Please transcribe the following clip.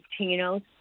Latinos